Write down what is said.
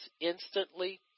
instantly